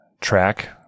track